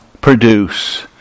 produce